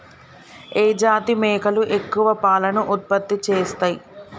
ఏ జాతి మేకలు ఎక్కువ పాలను ఉత్పత్తి చేస్తయ్?